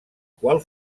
qual